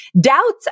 doubts